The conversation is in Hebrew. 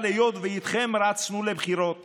אבל היות שאיתכם רצנו לבחירות